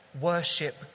worship